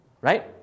right